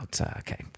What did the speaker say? Okay